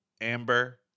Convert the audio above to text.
Amber